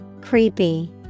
creepy